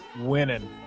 winning